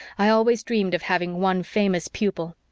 i always dreamed of having one famous pupil.